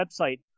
website